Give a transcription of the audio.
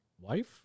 wife